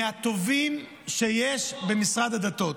מהטובים שיש במשרד הדתות.